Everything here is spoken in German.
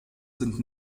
sind